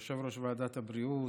ליושב-ראש ועדת הבריאות,